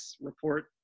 report